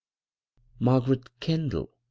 margaret kendall